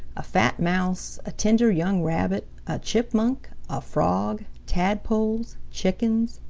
a fat mouse, a tender young rabbit, a chipmunk, a frog, tadpoles, chickens,